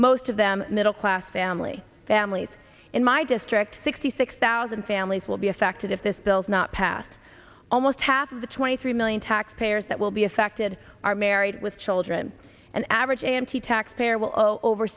most of them middle class family families in my district sixty six thousand families will be affected if this bill is not passed almost half of the twenty three million taxpayers that will be affected are married with children and average and he taxpayer